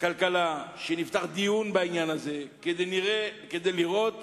הכלכלה שנפתח דיון בעניין הזה, כדי לראות